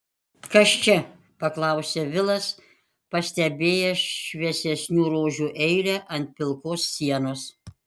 kas čia paklausė vilas pastebėjęs šviesesnių ruožų eilę ant pilkos sienos